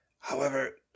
However